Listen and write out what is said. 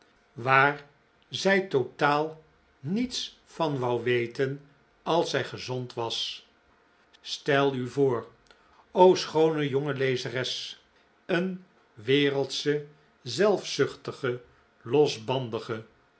waar zij totaal niets van wou weten als zij gezond was stel u voor o schoone jonge lezeres een wereldsche zelfzuchtige